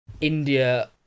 India